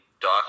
Doc